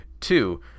Two